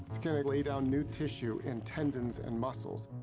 it's gonna lay down new tissue in tendons and muscles,